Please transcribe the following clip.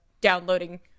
downloading